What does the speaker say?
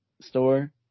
store